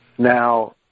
now